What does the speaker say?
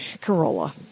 Corolla